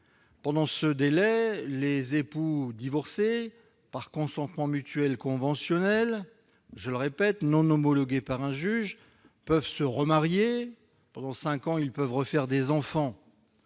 Pendant ce délai, les époux divorcés par consentement mutuel conventionnel- divorce, je le répète, non homologué par un juge -peuvent se remarier. Pendant cinq ans, ils peuvent refaire des enfants.